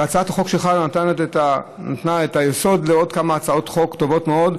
הצעת החוק שלך נתנה את היסוד לעוד כמה הצעות חוק טובות מאוד,